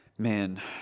Man